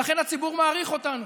ולכן הציבור מעריך אותנו.